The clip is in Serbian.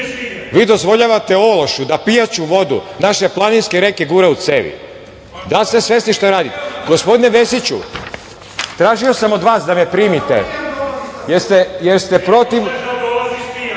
vi dozvoljavate ološu da pijaću vodu naše planinske reke gura u cevi. Da li ste svesni šta radite? Gospodine Vesiću, tražio sam od vas da me primite. Gospođo